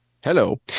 Hello